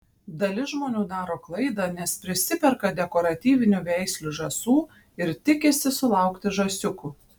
dalis žmonių daro klaidą nes prisiperka dekoratyvinių veislių žąsų ir tikisi sulaukti žąsiukų